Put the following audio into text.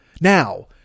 Now